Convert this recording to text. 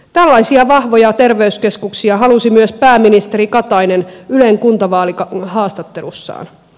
tällaisia vahvoja terveyskeskuksia halusi myös pääministeri katainen ylen kuntavaalihaastattelussaan